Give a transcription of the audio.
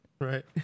Right